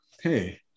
Hey